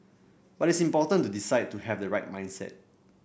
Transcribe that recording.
but it's important to decide to have the right mindset